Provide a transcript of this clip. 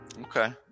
Okay